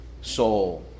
soul